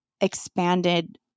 expanded